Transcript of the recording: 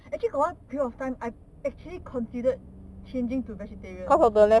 actually got one period of time I can actually considered changing to vegetarian